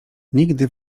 nigdy